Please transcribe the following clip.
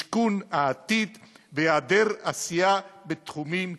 משכון העתיד והיעדר עשייה בתחומים חיוניים.